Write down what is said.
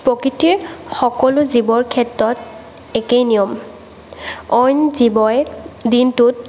প্ৰকৃতিৰ সকলো জীৱৰ ক্ষেত্ৰত একেই নিয়ম অইন জীৱই দিনটোত